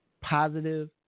positive